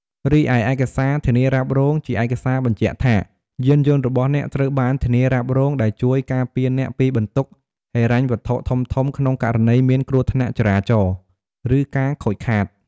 រីឯ ឯកសារធានារ៉ាប់រង ជាឯកសារបញ្ជាក់ថា យានយន្តរបស់អ្នកត្រូវបានធានារ៉ាប់រង ដែលជួយ ការពារអ្នកពីបន្ទុកហិរញ្ញវត្ថុធំៗ ក្នុងករណីមានគ្រោះថ្នាក់ចរាចរណ៍ ឬការខូចខាត។